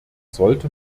sollte